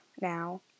now